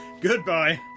Goodbye